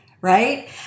Right